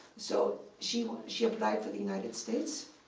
so she she applied for the united states.